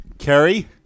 Kerry